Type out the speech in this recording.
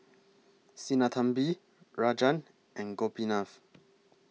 Sinnathamby Rajan and Gopinath